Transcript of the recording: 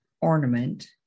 ornament